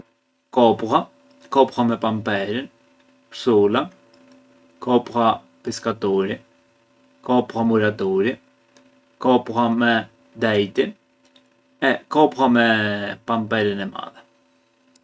Kopulla, kopulla me pamperën, kësula, kopulla piskaturi, kopulla muraturi, kopulla me dejti, e kopulla me pamperën e madhe.